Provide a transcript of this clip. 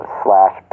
slash